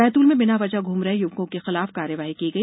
बैतूल में बिना वजह घूम रहे य्वकों के खिलाफ कार्रवाई की गई